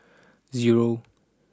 zero